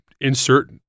insert